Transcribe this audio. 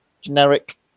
generic